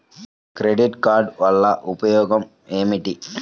Credit card వల్ల ఉపయోగం ఏమిటీ?